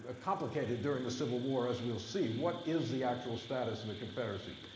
ah complicated during the civil war, as we'll see what is the actual status of the confederacy?